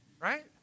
right